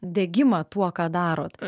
degimą tuo ką darot